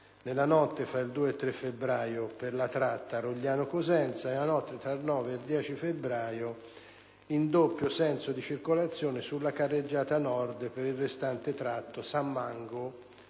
nella notte tra il 2 e il 3 febbraio, per la tratta Rogliano‑Cosenza e, nella notte tra il 9 e il 10 febbraio, in doppio senso di circolazione sulla carreggiata nord, per il restante tratto San Mango‑Rogliano.